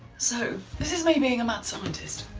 so, this is me being a mad scientist.